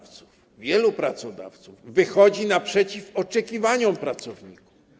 Wielu pracodawców wychodzi naprzeciw oczekiwaniom pracowników.